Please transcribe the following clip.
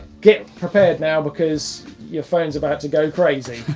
get prepared know, because your phones about to go crazy.